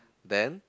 then